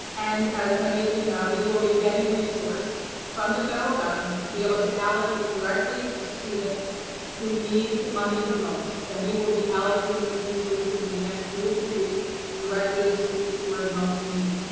and as many of you know, we will be getting a resource from the federal government to be able to allocate directly to students who need the money the most. and we will be allocating those resources in the next two or three weeks directly to students who are in most need.